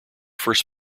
first